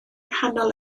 nghalon